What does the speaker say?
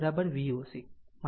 આમVThevenin Voc